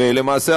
ולמעשה,